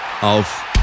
auf